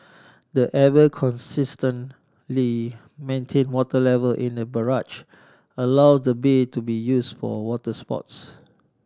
the ever consistent Li maintain water level in the barrage allow the bay to be use for water sports